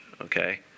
okay